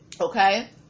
Okay